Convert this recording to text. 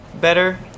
better